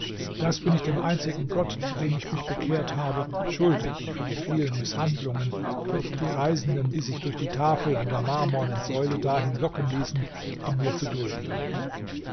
das bin ich dem einzigen gott zu dem ich mich bekehrt habe schuldig für die vielen mißhandlungen welche die reisenden die sich durch die tafel an der marmornen säule dahin locken ließen von mir zu dulden hatten